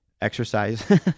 exercise